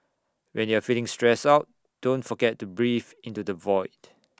when you are feeling stressed out don't forget to breathe into the void